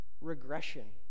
Regression